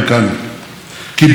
נאמתי בקונגרס,